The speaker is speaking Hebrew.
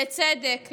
לצדק,